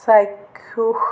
চাক্ষুষ